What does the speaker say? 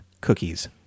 cookies